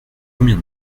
combien